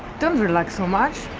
don't relax so much!